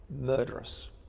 murderous